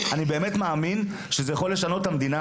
אני באמת מאמין שזה יכול לשנות את המדינה,